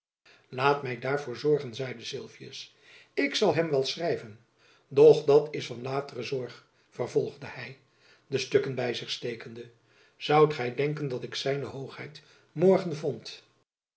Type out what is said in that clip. laat my daarvoor zorgen zeide sylvius ik zal hem wel schrijven doch dat is van latere zorg vervolgde hy de stukken by zich stekende zoudt gy denken dat ik z hoogheid morgen vond